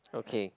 okay